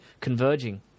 converging